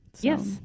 Yes